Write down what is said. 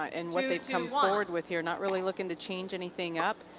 and what they've come forward with here, not really looking to change anything up.